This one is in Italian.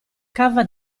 cava